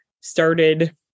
started